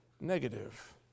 negative